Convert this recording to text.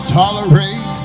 tolerate